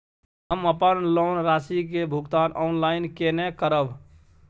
हम अपन लोन राशि के भुगतान ऑनलाइन केने करब?